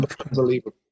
Unbelievable